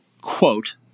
quote